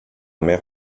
mer